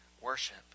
worship